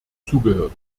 zugehört